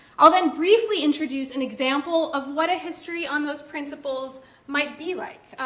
i'll then briefly introduce an example of what a history on those principles might be like.